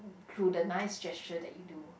through the nice gesture that you do